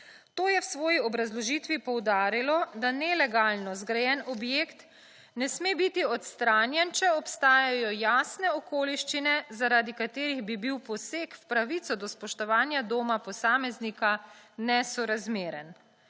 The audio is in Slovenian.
To je v svoji obrazložitvi poudarilo, da nelegalno zgrajen objekt ne sme biti odstranjen, če obstajajo jasne okoliščine zaradi katerih bi bil poseg v pravico do spoštovanja doma posameznika nesorazmeren.